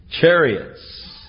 chariots